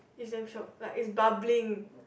is damn shiok like is bubbling